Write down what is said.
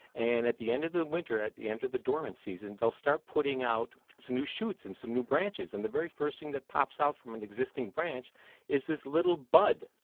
and at the end of the winter, at the end of the dormant season, they'll start putting out some new shoots and some new branches. and the very first thing that pops out from an existing branch is this little bud.